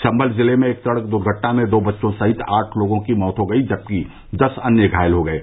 सम्मल ज़िले में एक सड़क दुर्घटना में दो बच्चों सहित आठ लोगों की मौत हो गयी जबकि दस अन्य घायल हो गये